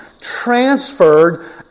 Transferred